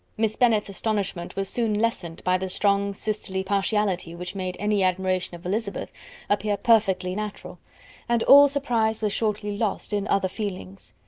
miss bennet's astonishment was soon lessened by the strong sisterly partiality which made any admiration of elizabeth appear perfectly natural and all surprise was shortly lost in other feelings.